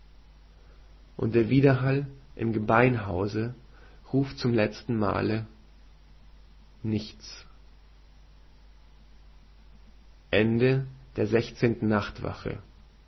und der wiederhall im gebeinhause ruft zum leztenmale nichts nachwort